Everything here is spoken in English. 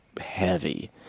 heavy